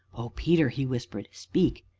oh, peter! he whispered, speak!